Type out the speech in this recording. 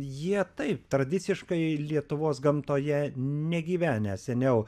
jie taip tradiciškai lietuvos gamtoje negyvenę seniau